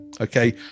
Okay